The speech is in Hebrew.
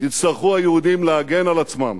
יצטרכו היהודים להגן על עצמם.